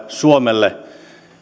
suomelle